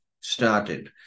started